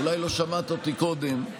אולי לא שמעת אותי קודם,